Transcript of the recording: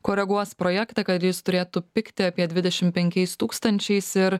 koreguos projektą kad jis turėtų pigti apie dvidešimt penkiais tūkstančiais ir